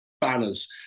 banners